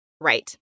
Right